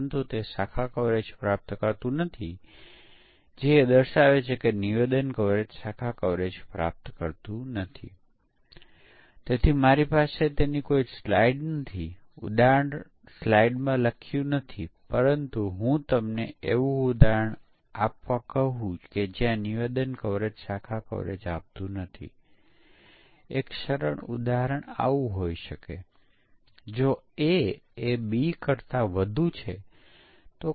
ચાલો આપણે કહીએ કે બુક રીટર્ન એ ઉદાહરણ છે જેમાં એક દૃશ્યો એ હોઈ શકે છે કે પુસ્તક સફળતાપૂર્વક પરત આવ્યું હતું બીજું દૃશ્ય એવું હોઈ શકે છે કે કોઈક એવું છે જેમણે પુસ્તકને અનામત રાખ્યું હતું અને તેથી પુસ્તકનું વળતર થઈ શક્યું નથી